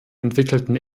entwickelten